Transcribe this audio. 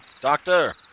doctor